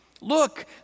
Look